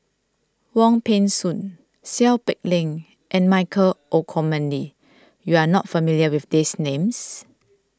Wong Peng Soon Seow Peck Leng and Michael Olcomendy you are not familiar with these names